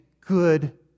good